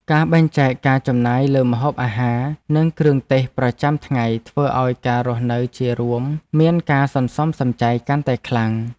ការបែងចែកការចំណាយលើម្ហូបអាហារនិងគ្រឿងទេសប្រចាំថ្ងៃធ្វើឱ្យការរស់នៅជារួមមានការសន្សំសំចៃកាន់តែខ្លាំង។